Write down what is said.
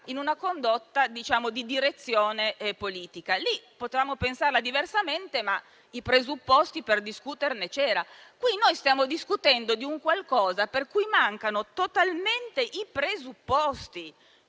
in una condotta di direzione politica. In quel caso, potevamo pensare diversamente, ma i presupposti per discutere c'erano. Qui, noi stiamo discutendo di un qualcosa per cui mancano totalmente i presupposti